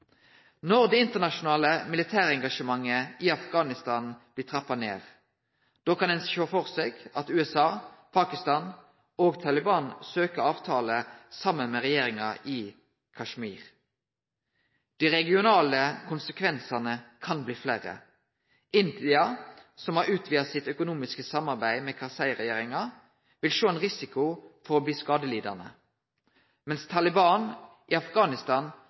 Når det internasjonale militærengasjementet i Afghanistan blir trappa ned, kan ein sjå for seg at USA, Pakistan og Taliban søkjer ei avtale saman med regjeringa i Afghanistan. Dei regionale konsekvensane kan bli fleire. India, som har utvida det økonomiske samarbeidet sitt med Karzai-regjeringa, vil sjå ein risiko for å bli skadelidande. Mens Taliban i Afghanistan